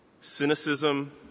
Cynicism